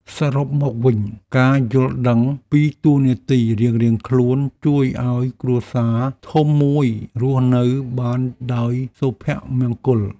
សរុបមកវិញ ការយល់ដឹងពីតួនាទីរៀងៗខ្លួនជួយឱ្យគ្រួសារធំមួយរស់នៅបានដោយសុភមង្គល។